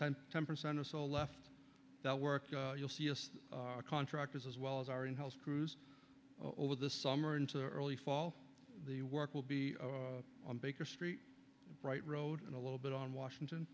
ten percent or so left that work you'll see us contractors as well as our in house crews over the summer into early fall the work will be on baker street right road and a little bit on washington